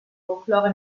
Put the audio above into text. folklore